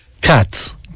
Cats